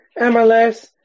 MLS